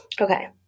Okay